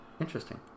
Interesting